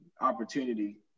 opportunity